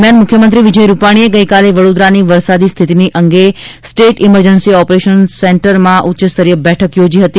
દરમિયાન મુખ્યમંત્રી વિજય રૂપાણીએ ગઇકાલે વડોદરાની વરસાદી સ્થિતિની અંગે સ્ટેટ ઇમરજન્સી ઓપરેશન સેક્ટરમાં ઉચ્ચસ્તરીય બેઠક યોજી હતી